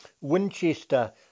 Winchester